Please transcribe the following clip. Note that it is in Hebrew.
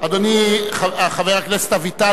אדוני חבר הכנסת אביטל,